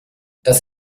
das